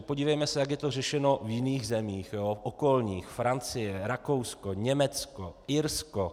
Podívejme se, jak je to řešeno v jiných zemích okolních Francie, Rakousko, Německo, Irsko.